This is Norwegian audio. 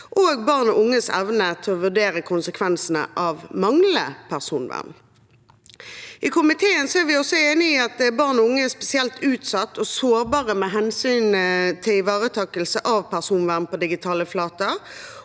og barn og unges evne til å vurdere konsekvensene av manglende personvern. I komiteen er vi også er enige i at barn og unge er spesielt utsatte og sårbare med hensyn til ivaretakelse av personvern på digitale flater,